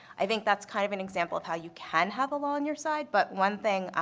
i think that is kind of an example of how you can have the law on your side. but one thing,